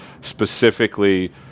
specifically